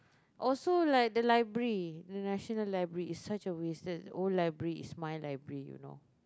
also like the library the National Library is such a wasted old library is my library you know